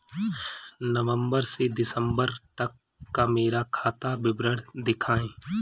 नवंबर से दिसंबर तक का मेरा खाता विवरण दिखाएं?